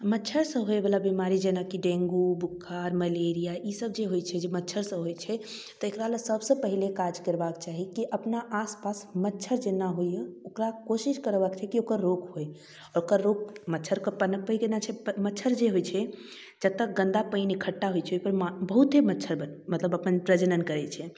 मच्छरसँ होइवला बीमारी जेनाकि डेंगू बोखार मलेरिया ई सब जे होइ छै जे मच्छरसँ होइ छै तकरा लए सबसँ पहिले काज करबाक चाही जे अपना आप तक मच्छर जेना होइए ओकरा कोशिश करबाक छै कि ओकरा रोक करी ओकर रोक मच्छरके पनपै केना छै मच्छर जे होइ छै जत्तऽ गन्दा पानि इकट्ठा होइ छै ओइपर बहुत ही मच्छर मतलब अपन प्रजनन करै छै